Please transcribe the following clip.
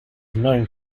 known